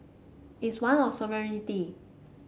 is one of sovereignty